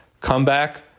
comeback